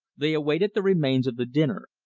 they awaited the remains of the dinner.